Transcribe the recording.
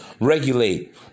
regulate